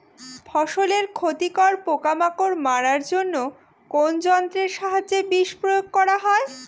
ফসলের ক্ষতিকর পোকামাকড় মারার জন্য কোন যন্ত্রের সাহায্যে বিষ প্রয়োগ করা হয়?